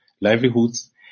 livelihoods